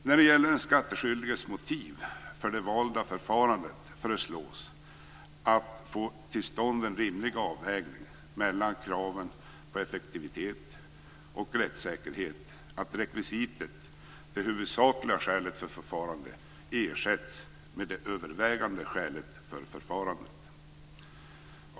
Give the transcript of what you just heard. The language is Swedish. När det gäller den skattskyldiges motiv för det valda förfarandet föreslås att, för att få till stånd en rimlig avvägning mellan kraven på effektivitet och rättssäkerhet, rekvisitet "det huvudsakliga skälet för förfarandet" ersätts med "det övervägande skälet för förfarandet".